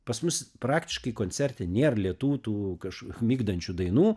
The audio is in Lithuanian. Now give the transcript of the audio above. pas mus praktiškai koncerte nėr lėtų tų kažk migdančių dainų